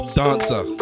dancer